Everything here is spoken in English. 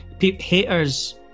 haters